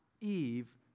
Eve